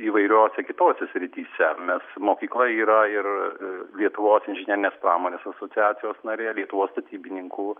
įvairiose kitose srityse mes mokykla yra ir lietuvos inžinerinės pramonės asociacijos narė lietuvos statybininkų